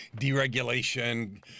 deregulation